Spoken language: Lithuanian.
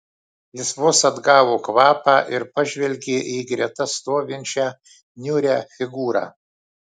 jis vos atgavo kvapą ir pažvelgė į greta stovinčią niūrią figūrą